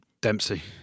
Dempsey